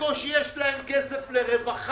בקושי יש להם כסף לרווחה,